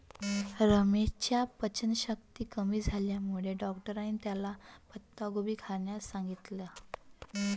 रमेशच्या पचनशक्ती कमी झाल्यामुळे डॉक्टरांनी त्याला पत्ताकोबी खाण्यास सांगितलं